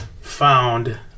found